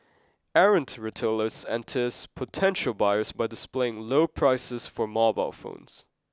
errant retailers entice potential buyers by displaying low prices for mobile phones